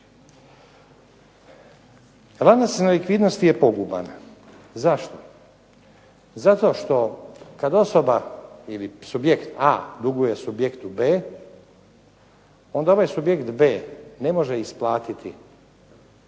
Lanac nelikvidnosti je poguban. Zašto? Zato što kad osoba ili subjekt A duguje subjektu B onda ovaj subjekt B ne može isplatiti